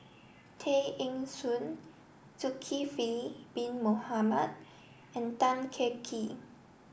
Tay Eng Soon Zulkifli Bin Mohamed and Tan Kah Kee